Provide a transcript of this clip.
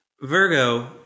Virgo